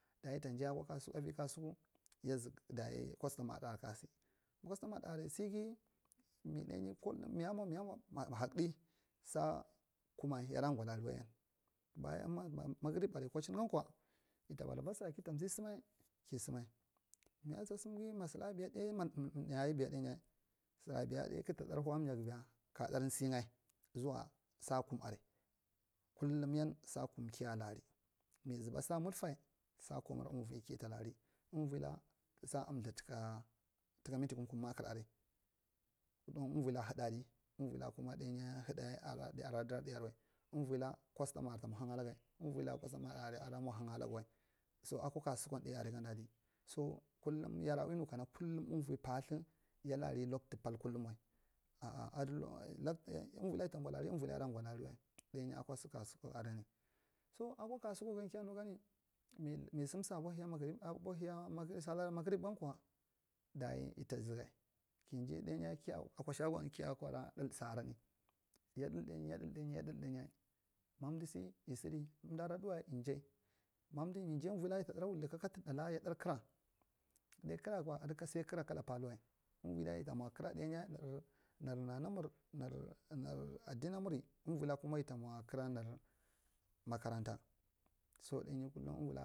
Dayi yida jai avi kasuku yazuk kustoma ɗar aria tasi, ma kust ma aria sige, mi ɗai Mi yamuna miyamwa ma ɦdng ɗa. Sa kum yaai gwa lariwai yan daya ma magrib ar kwachiu gankwa yita baraba sira kita zee sɗma ki sdma, miyasa semga masula biya dainyi sara biya ɗai kdk ta nau a amiga ka ɗar si nga zowa sa kum aria kullum yan sa kum kiya lari, mizuba sa mudfa sa kumur uvie kita lari uvila sa amtha tuka mindi kum- kum makar aria avila haɗai adi, avila kuma ɗanyi avila haɗai aria dangi wal uvila kumtoma aria tamwa hang laga uvila kustoma aria na mua hang alakwal. So kullum yada ui nu kana kullum uvi patha ya lari locto pal kullum wai a. a urila yida gwo lari avila yitta gwa lariwal dainyi wawa kusuku aran, so akwa kasukugan kiya nugan. Mi samsa abohiya magribu gankwa dayi yita zuge ki jai ɗainyi ki akwa shagwau kiya kwaɗai ɗal siaran yiɗai ɗainyi yiɗal ɗainyi ma umdi se yi sidi. amdi yi jai ya ɗar wuldi kakkad ɗaila yaɗai kwa, dayi kira kwa adi sal kira kala pathuwai uvila yita mwa nar nanana nur adena mur uvila kuma yita mwa nur kira nur magaranda so ɗainyi kullum uvila.